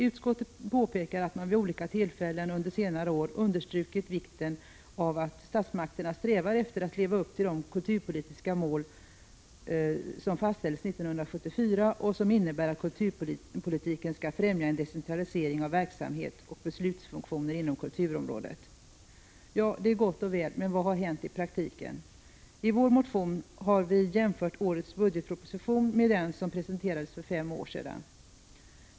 Utskottet påpekar att man vid olika tillfällen under senare år understrukit vikten av att statsmakterna strävar efter att leva upp till de kulturpolitiska mål som fastställdes 1974 och som innebär att kulturpolitiken skall främja en decentralisering av verksamhet och beslutsfunktioner inom kulturområdet. Ja, det är gott och väl, men vad har hänt i praktiken? I vår motion har vi jämfört årets budgetproposition med den som presenterades för fem år sedan.